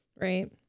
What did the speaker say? Right